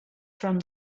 from